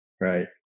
right